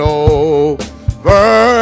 over